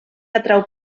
atrau